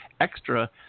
extra